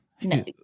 No